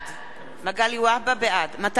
מתן וילנאי,